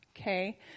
okay